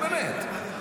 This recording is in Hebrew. נו באמת.